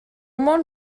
món